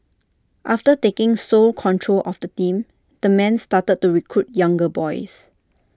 after taking sole control of the team the man started to recruit younger boys